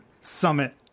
summit